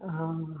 हाँ